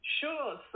Sure